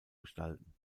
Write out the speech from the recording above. gestalten